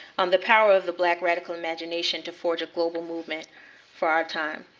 um the power of the black radical imagination to forge a global movement for our time.